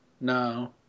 No